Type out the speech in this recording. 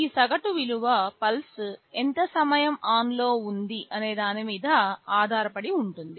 ఈ సగటు విలువ పల్స్ ఎంత సమయం ఆన్ ఉంది అనే దాని మీద ఆధారపడి ఉంటుంది